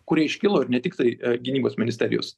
kurie iškilo ir ne tiktai gynybos ministerijos